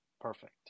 Perfect